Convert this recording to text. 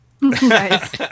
Nice